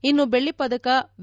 ಇನ್ನು ಬೆಳ್ಳಿ ಪದಕ ಎ